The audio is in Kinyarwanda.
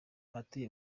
abatuye